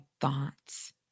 thoughts